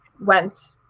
went